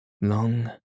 long